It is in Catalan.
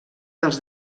dels